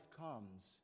comes